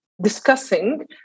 discussing